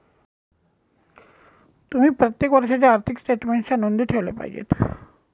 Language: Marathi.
तुम्ही प्रत्येक वर्षाच्या आर्थिक स्टेटमेन्टच्या नोंदी ठेवल्या पाहिजेत